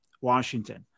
Washington